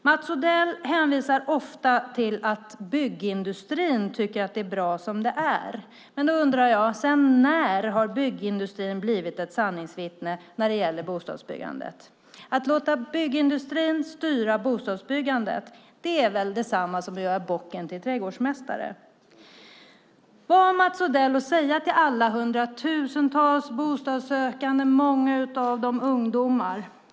Mats Odell hänvisar ofta till att byggindustrin tycker att det är bra som det är. Sedan när har byggindustrin blivit ett sanningsvittne när det gäller bostadsbyggandet? Att låta byggindustrin styra bostadsbyggandet är väl detsamma som att göra bocken till trädgårdsmästare. Vad har Mats Odell att säga till alla hundratusentals bostadssökande, många av dem ungdomar?